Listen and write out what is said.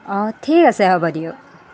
অঁ ঠিক আছে হ'ব দিয়ক